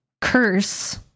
curse